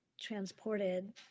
transported